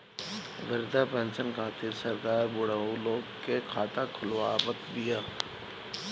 वृद्धा पेंसन खातिर सरकार बुढ़उ लोग के खाता खोलवावत बिया